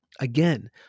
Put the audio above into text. Again